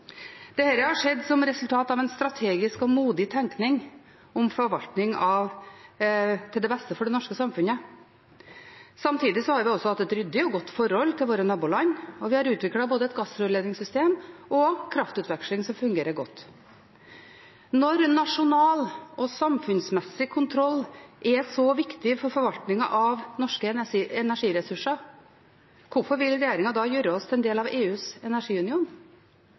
har skjedd som resultat av en strategisk og modig tenkning om forvaltning til det beste for det norske samfunnet. Samtidig har vi hatt et ryddig og godt forhold til våre naboland, og vi har utviklet både et gassrørledningssystem og en kraftutveksling som fungerer godt. Når nasjonal og samfunnsmessig kontroll er så viktig for forvaltningen av norske energiressurser, hvorfor vil regjeringen da gjøre oss til en del av EUs energiunion?